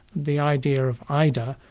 the idea of ida,